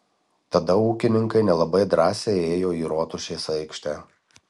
tada ūkininkai nelabai drąsiai ėjo į rotušės aikštę